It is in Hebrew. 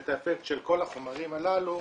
ואת האפקט של כל החומרים הללו,